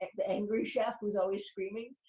like the angry chef who's always screaming,